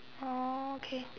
oh okay